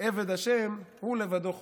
שעבד ה' הוא לבדו חופשי.